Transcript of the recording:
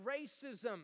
racism